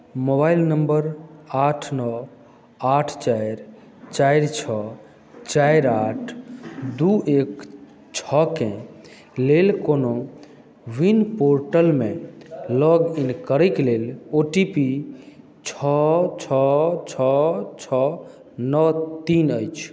mobile number आठ नओ आठ चारि चारि छओ चारि आठ दू एक छओके लेल को विन पोर्टलमे लॉग इन करैक लेल ओ टी पी छओ छओ छओ छओ नओ तीन अछि